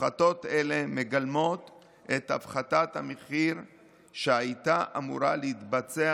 הפחתות אלה מגלמות את הפחתת המחיר שהייתה אמורה להתבצע